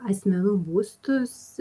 asmenų būstus